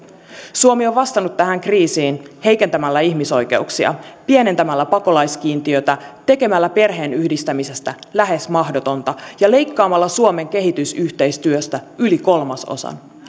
suomi on vastannut tähän kriisiin heikentämällä ihmisoikeuksia pienentämällä pakolaiskiintiötään tekemällä perheenyhdistämisestä lähes mahdotonta ja leikkaamalla suomen kehitysyhteistyöstä yli kolmasosan